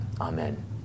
Amen